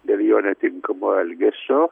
dėl jo netinkamo elgesio